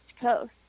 Coast